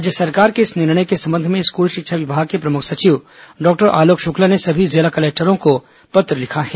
राज्य सरकार के इस निर्णय के संबंध में स्कूल शिक्षा विभाग के प्रमुख सचिव डॉक्टर आलोक शुक्ला ने सभी जिला कलेक्टरों को पत्र लिखा है